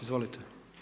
Izvolite.